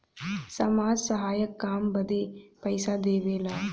समाज सहायक काम बदे पइसा देवेला